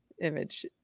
image